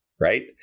right